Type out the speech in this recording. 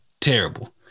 terrible